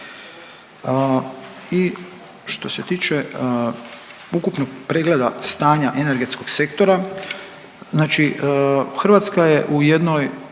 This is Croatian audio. I što se tiče ukupnog pregleda stanja energetskog sektora, znači Hrvatska je u jednoj